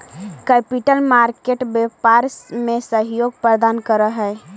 capital market व्यापार में सहयोग प्रदान करऽ हई